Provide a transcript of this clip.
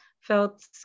felt